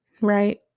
right